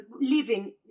living